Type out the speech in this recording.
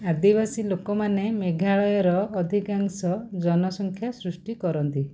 ଆଦିବାସୀ ଲୋକମାନେ ମେଘାଳୟର ଅଧିକାଂଶ ଜନସଂଖ୍ୟା ସୃଷ୍ଟି କରନ୍ତି